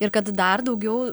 ir kad dar daugiau